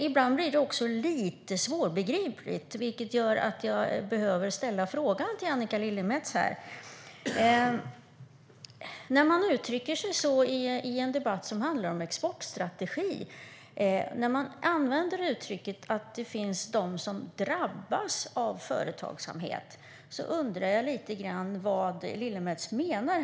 Ibland blir det också lite svårbegripligt, vilket gör att jag behöver ställa en fråga till Annika Lillemets. När man i en debatt som handlar om exportstrategi använder uttrycket att det finns de som "drabbas av företagsamhet" undrar jag lite grann vad Lillemets menar.